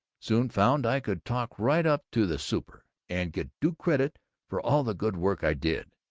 soon found i could talk right up to the super and get due credit for all the good work i did.